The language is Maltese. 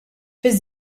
fiż